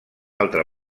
altra